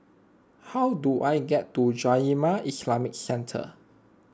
how do I get to Jamiyah Islamic Centre